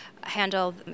handle